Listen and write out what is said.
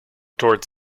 towards